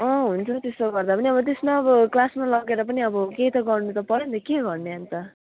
अँ हुन्छ त्यसो गर्दापनि अब त्यसमा अब क्लासमा लगेर पनि अब केही त गर्नुपऱ्यो नि के गर्ने अन्त